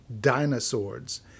dinosaurs